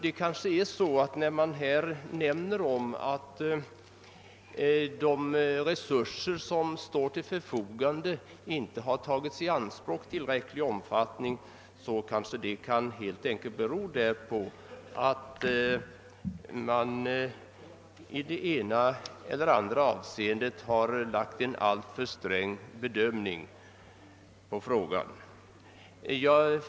Det kanske är så, som man här har nämnt, att de ekonomiska resurser som står till förfogande inte har tagits i anspråk i full utsträckning, men detta kan helt enkelt bero på att det har gjorts en alltför sträng bedömning i det ena eller andra avseendet.